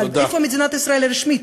אבל איפה מדינת ישראל הרשמית?